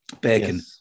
bacon